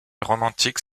romantiques